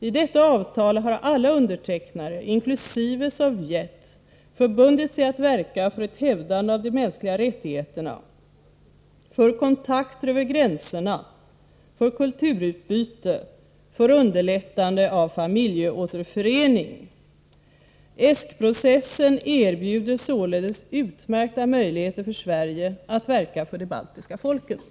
I detta avtal har alla undertecknare, inkl. Sovjet, förbundit sig att verka för ett hävdande av de mänskliga rättigheterna, för kontakter över gränserna, för kulturutbyte och för underlättande av familjeåterförening. ESK-processen erbjuder således utmärkta möjligheter för Sverige att verka för de baltiska folken.